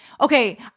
Okay